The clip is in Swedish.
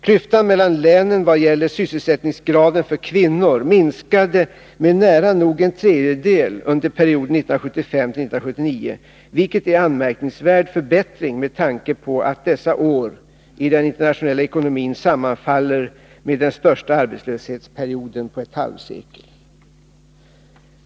Klyftan mellan länen vad gäller sysselsättningsgraden för kvinnor minskade med nära nog en tredjedel under perioden 1975-1979, vilket är en anmärkningsvärd förbättring med tanke på att dessa år i den internationella ekonomin sammanfaller med den värsta arbetslöshetsperioden på ett halvsekel.